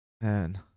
Man